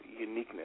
uniqueness